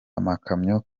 amakamyo